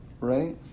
Right